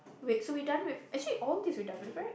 wait so we done with actually all these we're done with right